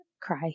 cry